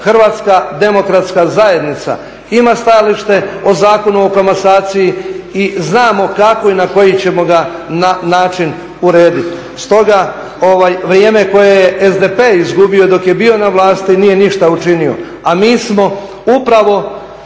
Hrvatska demokratska zajednica ima stajalište o Zakonu o komasaciji i znamo kako i na koji ćemo ga način urediti. Stoga vrijeme koje je SDP izgubio dok je bio na vlasti nije ništa učinio. A mi smo upravo